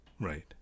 Right